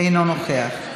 אינו נוכח.